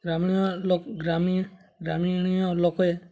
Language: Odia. ଗ୍ରାମୀଣ ଗ୍ରାମୀଣ ଲୋକେ